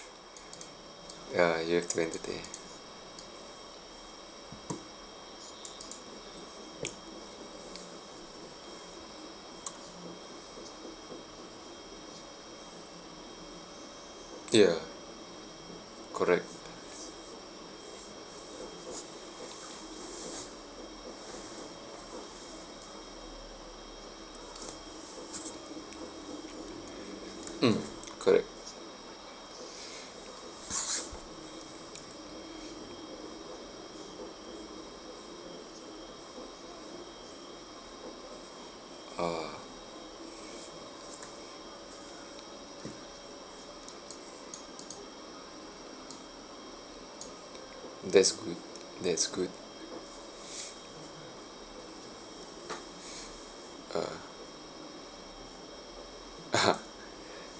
ya you have to entertain ya correct mm correct a'ah that's good that is good ah (uh huh)